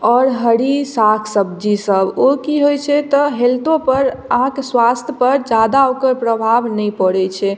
आओर हरी साग सब्जी सब ओ की होइ छै तऽ हेल्थोपर अहाँके स्वास्थ्यपर जादा ओकर प्रभाव नहि पड़य छै